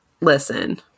listen